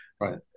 Right